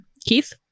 Keith